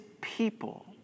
people